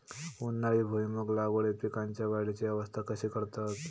उन्हाळी भुईमूग लागवडीत पीकांच्या वाढीची अवस्था कशी करतत?